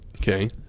Okay